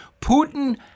Putin